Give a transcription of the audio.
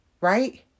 Right